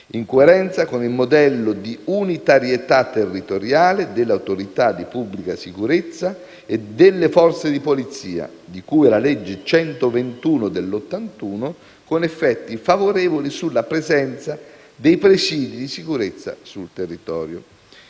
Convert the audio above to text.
in coerenza con il modello di unitarietà territoriale delle autorità di pubblica sicurezza e delle Forze di polizia di cui alla legge n. 121 del 1981, con effetti favorevoli sulla presenza dei presidi di sicurezza sul territorio.